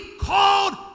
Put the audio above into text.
called